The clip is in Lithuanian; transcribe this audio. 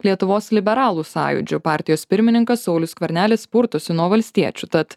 lietuvos liberalų sąjūdžiu partijos pirmininkas saulius skvernelis purtosi nuo valstiečių tad